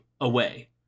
away